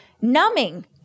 numbing